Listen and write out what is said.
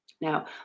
Now